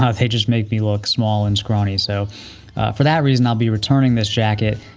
um they just make me look small and scrawny. so for that reason, i'll be returning this jacket.